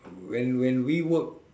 when when we work